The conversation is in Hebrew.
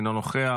אינו נוכח,